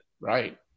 Right